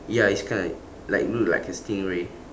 ya it's kinda like like look like a stingray